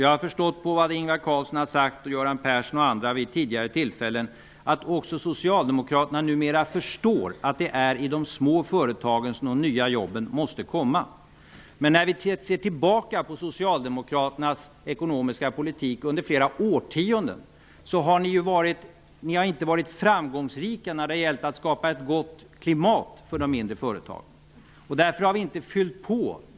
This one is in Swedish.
Av det Ingvar Carlsson och Göran Persson har sagt vid tidigare tillfällen har jag förstått att även Socialdemokraterna numera förstår att det är i de små företagen som de nya jobben måste komma. Men när vi ser tillbaka på Socialdemokraternas ekonomiska politik under flera årtionden kan vi se att ni inte har varit framgångsrika när det har gällt att skapa ett gott klimat för de mindre företagen.